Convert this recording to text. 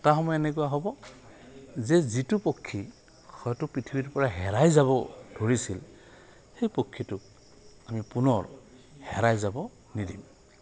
এটা সময় এনেকুৱা হ'ব যে যিটো পক্ষী হয়তো পৃথিৱীৰ পৰা হেৰাই যাব ধৰিছিল সেই পক্ষীটোক আমি পুনৰ হেৰাই যাব নিদিম